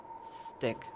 stick